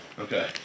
Okay